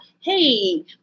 hey